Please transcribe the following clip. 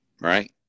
right